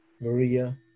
Maria